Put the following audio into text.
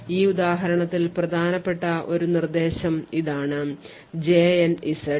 ഈ ഉദാഹരണത്തിൽ പ്രധാനപ്പെട്ട ഒരു നിർദ്ദേശം ഇതാണ് jnz